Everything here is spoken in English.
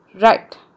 Right